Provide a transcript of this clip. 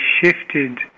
shifted